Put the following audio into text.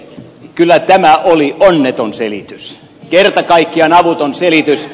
kyllä tämä oli onneton selitys kerta kaikkiaan avuton selitys